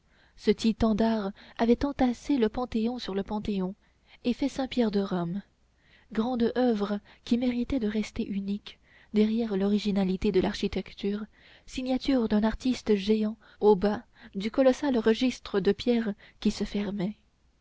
ce titan de l'art avait entassé le panthéon sur le parthénon et fait saint-pierre de rome grande oeuvre qui méritait de rester unique dernière originalité de l'architecture signature d'un artiste géant au bas du colossal registre de pierre qui se fermait